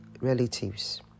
relatives